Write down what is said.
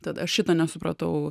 tad šito nesupratau